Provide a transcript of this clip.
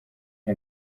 nka